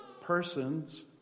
persons